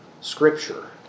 Scripture